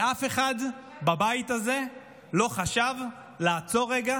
אף אחד בבית הזה לא חשב לעצור רגע